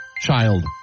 Child